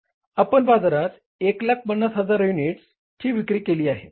आपण बाजारात 150000 युनिट्सची विक्री केली आहे